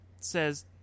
says